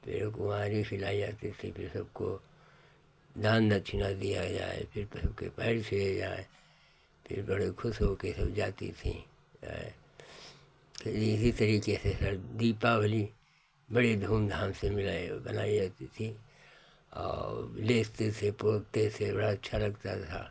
फिर कुँवारी खिलाई जाती थी फिर सबको दान दक्षिणा दिया जाए फिर सबके पैर छुए जाएँ फिर बड़े ख़ुश होकर सब जाती थीं जाएँ फिर इसी तरीके से सब दीपावली बड़ी धूमधाम से मिलाई वह मनाई जाती थी और लीपते थे पोतते थे बड़ा अच्छा लगता था